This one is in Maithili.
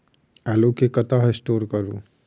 आलु केँ कतह स्टोर करू?